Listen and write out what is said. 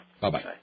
Bye-bye